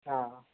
ആ അ